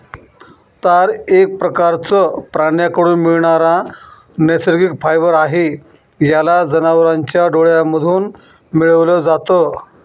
तार एक प्रकारचं प्राण्यांकडून मिळणारा नैसर्गिक फायबर आहे, याला जनावरांच्या डोळ्यांमधून मिळवल जात